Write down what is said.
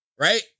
Right